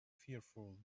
fearful